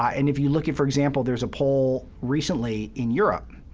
and if you look at, for example, there's a poll recently in europe